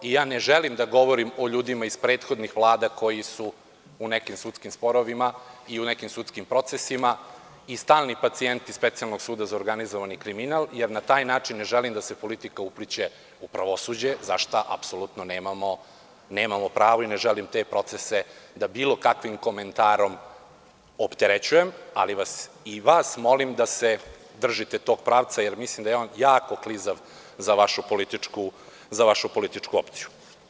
Ne želim da govorim o ljudima iz prethodnih vlada, koji su u nekim sudskim sporovima i u nekim sudskim procesima i stalni pacijenti specijalnog suda za organizovani kriminal, jer na taj način ne želim da se politika upliće u pravosuđe, za šta apsolutno nemamo pravo i ne želim te procese da bilo kakvim komentarom opterećujem, ali i vas molim da se držite tog pravca, jer mislim da je on jako klizav za vašu političku opciju.